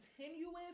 continuous